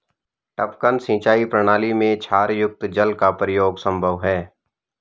टपकन सिंचाई प्रणाली में क्षारयुक्त जल का प्रयोग संभव है